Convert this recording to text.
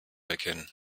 erkennen